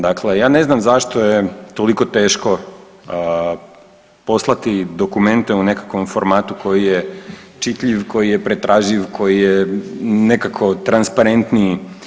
Dakle, ja ne znam zašto je toliko teško poslati dokumente u nekakvom formatu koji je čitljiv i koji je pretraživ, koji je nekako transparentniji.